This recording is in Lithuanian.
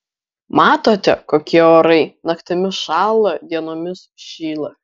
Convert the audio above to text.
matote kokie orai naktimis šąla dienomis šyla